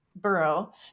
borough